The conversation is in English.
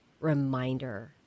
reminder